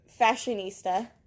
fashionista